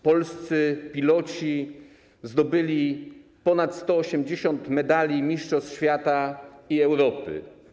Polscy piloci zdobyli ponad 180 medali mistrzostw świata i Europy.